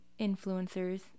influencers